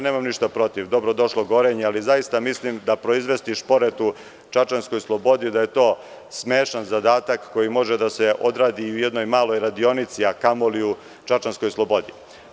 Nemam ništa protiv, dobro došlo „Gorenje“, ali zaista mislim da proizvesti šporet u čačanskoj „Slobodi“ je smešan zadatak koji može da se odradi i u jednoj maloj radionici, a kamo li u čačanskoj „Slobodi“